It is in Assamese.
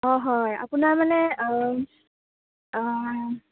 অঁ হয় আপোনাৰ মানে